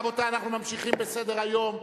רבותי, אנחנו ממשיכים בסדר-היום.